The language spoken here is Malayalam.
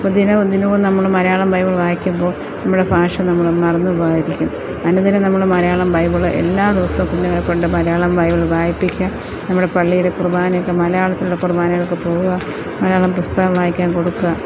അപ്പോൾ ദിനവും ദിനവും നമ്മള് മലയാളം ബൈബിൾ വായിക്കുമ്പോൾ നമ്മുടെ ഭാഷ നമ്മള് മറന്നുപോകാതിരിക്കും അനുദിനം നമ്മള് മലയാളം ബൈബിള് എല്ലാ ദിവസം കുഞ്ഞിനെ കൊണ്ട് മലയാളം ബൈബിൾ വായിപ്പിക്കുക നമ്മുടെ പള്ളിയില് കുർബാനക്ക് മലയാളത്തിലുള്ള കുർബാനകൾക്ക് പോകുക മലയാളം പുസ്തകം വായിക്കാൻ കൊടുക്കുക